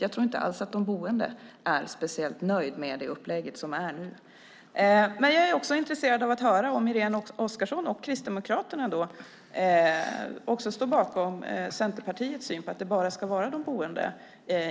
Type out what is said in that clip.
Jag tror inte alls att de boende är särskilt nöjda med det upplägg som råder nu. Men jag är också intresserad av att höra om Irene Oskarsson och Kristdemokraterna står bakom Centerpartiets syn att det ska vara de boende